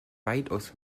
weitaus